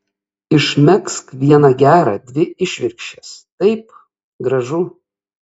išmegzk vieną gerą dvi išvirkščias taip gražu